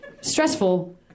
Stressful